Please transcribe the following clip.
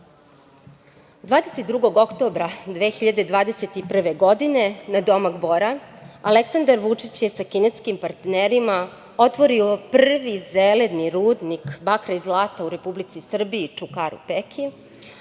22. oktobra 2021. godine nadomak Bora Aleksandar Vučić je sa kineskim partnerima otvorio prvi zeleni rudnik bakra i zlata u Republici Srbiji „Čukaru Peki“,